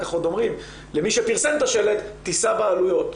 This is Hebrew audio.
כך עוד אומרים למי שפרסם את השלט שיישא בעלויות.